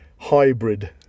Hybrid